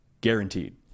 guaranteed